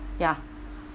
ya